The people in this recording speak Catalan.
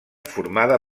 formada